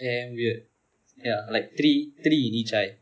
damn weird ya like three three in each eye